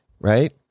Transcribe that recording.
right